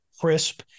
crisp